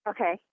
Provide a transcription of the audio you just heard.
Okay